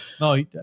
No